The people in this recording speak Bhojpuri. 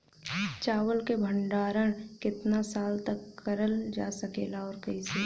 चावल क भण्डारण कितना साल तक करल जा सकेला और कइसे?